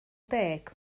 deg